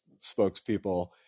spokespeople